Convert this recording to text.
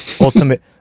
ultimate